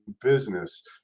business